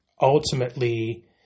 ultimately